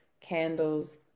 candles